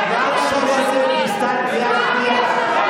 חברת הכנסת דיסטל, קריאה שנייה.